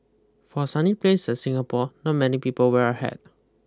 for a sunny places Singapore not many people wear a hat